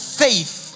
faith